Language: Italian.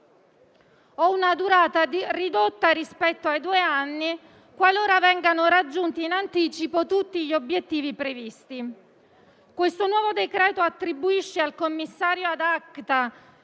biennale (o ridotta rispetto ai due anni, qualora vengano raggiunti in anticipo tutti gli obiettivi previsti). Questo nuovo decreto attribuisce al commissario *ad acta*